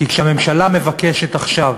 כי כשהממשלה מבקשת עכשיו